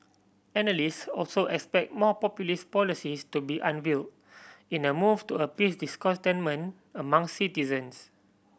analyst also expect more populist policies to be unveil in a move to appease discontentment among citizens